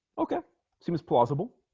okay seems possible